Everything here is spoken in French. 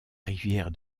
rivière